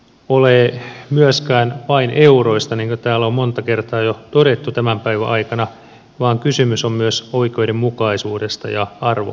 lapsilisäleikkauksessa ei kysymys ole myöskään vain euroista niin kuin täällä on monta kertaa jo todettu tämän päivän aikana vaan kysymys on myös oikeudenmukaisuudesta ja arvovalinnasta